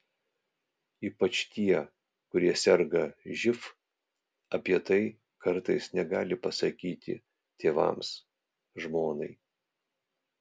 ypač tie kurie serga živ apie tai kartais negali pasakyti tėvams žmonai